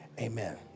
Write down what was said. Amen